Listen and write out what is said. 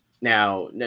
Now